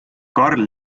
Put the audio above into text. karl